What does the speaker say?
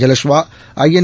Jalashwa IN